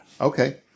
Okay